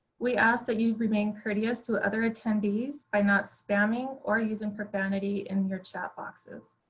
we ask that you remain courteous to other attendees by not spamming or using profanity in your chat boxes.